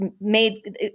made